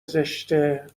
زشته